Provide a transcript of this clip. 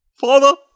Father